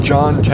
John